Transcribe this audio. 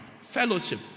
Fellowship